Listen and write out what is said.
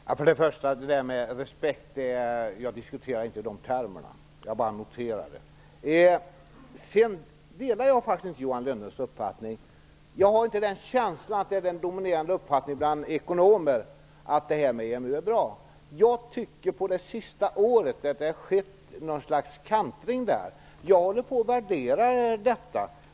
Herr talman! När det gäller detta med respekt diskuterar jag inte i de termerna. Jag bara noterar det. Sedan delar jag faktiskt Johan Lönnroths uppfattning. Men jag har inte någon dominerande känsla av att det är den dominerande uppfattningen bland ekonomer att EMU är bra. Jag tycker att det under det senaste året har skett ett slags kantring i det sammanhanget. Jag håller på att värdera detta.